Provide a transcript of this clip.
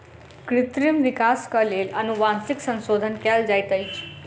कृत्रिम विकासक लेल अनुवांशिक संशोधन कयल जाइत अछि